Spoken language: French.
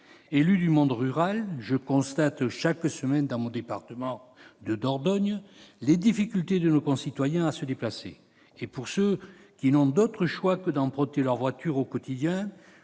Élu du monde rural, je constate chaque semaine dans mon département de la Dordogne les difficultés de nos concitoyens à se déplacer. Pour ceux qui n'ont d'autre solution que d'utiliser leur voiture au quotidien,